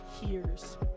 hears